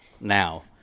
now